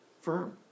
firm